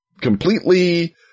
completely